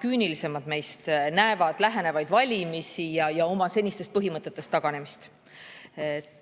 küünilisemad meist näevad lähenevaid valimisi ja oma senistest põhimõtetest taganemist. Võtame